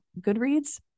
Goodreads